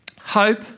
Hope